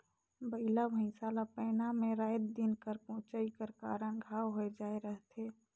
बइला भइसा ला पैना मे राएत दिन कर कोचई कर कारन घांव होए जाए रहथे